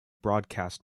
broadcast